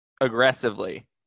aggressively